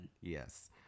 Yes